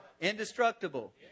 indestructible